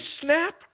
snap